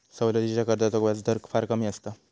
सवलतीच्या कर्जाचो व्याजदर फार कमी असता